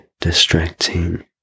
distracting